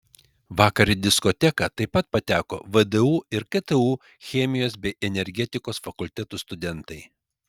vakar į diskoteką taip pateko vdu ir ktu chemijos bei energetikos fakultetų studentai